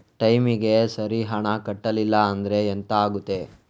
ಟೈಮಿಗೆ ಸರಿ ಹಣ ಕಟ್ಟಲಿಲ್ಲ ಅಂದ್ರೆ ಎಂಥ ಆಗುತ್ತೆ?